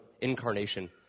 incarnation